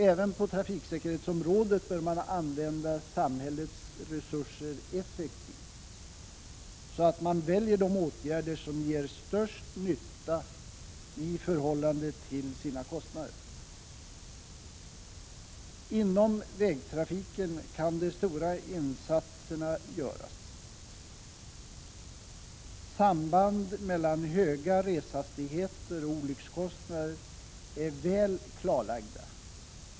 Även på trafiksäkerhetsområdet bör man använda samhällets resurser effektivt, så att man väljer åtgärder som ger störst nytta i förhållande till de kostnader som de har. Inom vägtrafiken kan de stora insatserna göras. Sambanden mellan höga reshastigheter och olyckskostnader är väl klarlagda.